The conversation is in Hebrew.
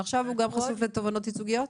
ועכשיו הוא גם חשוף לתובענות ייצוגיות?